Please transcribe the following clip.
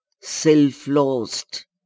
self-lost